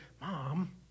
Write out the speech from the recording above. Mom